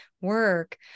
work